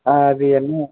ஆ அது என்ன